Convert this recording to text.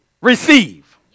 Receive